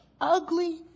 ugly